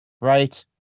Right